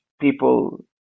people